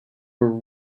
were